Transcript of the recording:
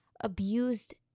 abused